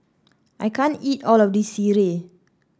I can't eat all of this sireh